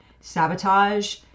sabotage